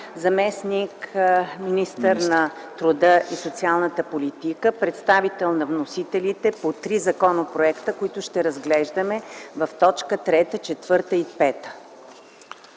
заместник-министър на труда и социалната политика, представител на вносителите по три законопроекта, които ще разглеждаме в точка 3, 4 и 5.